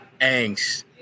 angst